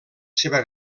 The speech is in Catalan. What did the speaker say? seva